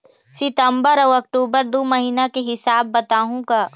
सितंबर अऊ अक्टूबर दू महीना के हिसाब बताहुं का?